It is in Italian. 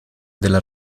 della